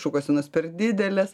šukuosenos per didelės